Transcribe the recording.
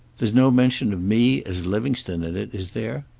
there's no mention of me as livingstone in it, is there?